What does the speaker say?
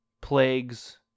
plagues